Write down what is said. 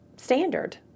Standard